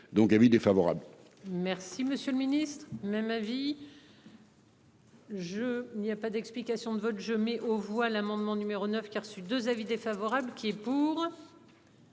donc avis défavorable.